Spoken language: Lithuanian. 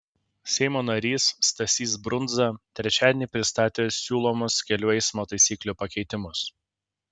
seimo narys stasys brundza trečiadienį pristatė siūlomus kelių eismo taisyklių pakeitimus